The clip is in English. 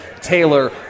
taylor